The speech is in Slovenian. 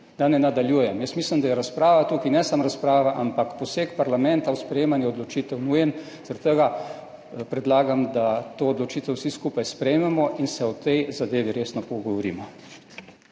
Da ne nadaljujem. Jaz mislim, da je razprava tukaj, ne samo razprava, ampak poseg parlamenta v sprejemanje odločitev nujen. Zaradi tega predlagam, da to odločitev vsi skupaj sprejmemo in se o tej zadevi resno pogovorimo.